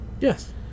Yes